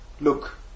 look